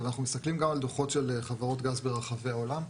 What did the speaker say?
אבל אנחנו מסתכלים גם על דו"חות של חברות גז ברחבי העולם,